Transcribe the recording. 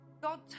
God